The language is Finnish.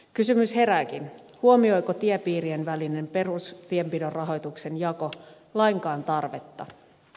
kysymys herääkin huomioiko tiepii rien välinen perustienpidon rahoituksen jako lainkaan tarvetta